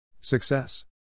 Success